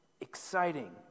exciting